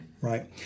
right